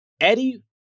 Eddie